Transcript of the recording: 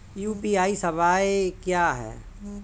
UPI सवायें क्या हैं?